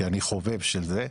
כי אני חווה בשביל זה.